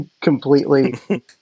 completely